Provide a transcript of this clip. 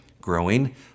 growing